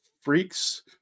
freaks